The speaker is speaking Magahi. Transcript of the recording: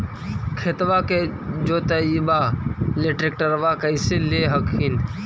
खेतबा के जोतयबा ले ट्रैक्टरबा कैसे ले हखिन?